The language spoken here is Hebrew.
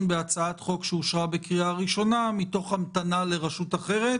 בהצעת חוק שאושרה בקריאה הראשונה מתוך המתנה לרשות אחרת